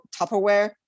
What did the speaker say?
Tupperware